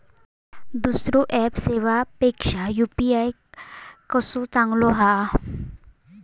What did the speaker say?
दुसरो ऍप सेवेपेक्षा यू.पी.आय कसो चांगलो हा?